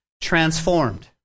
transformed